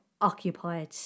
occupied